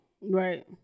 Right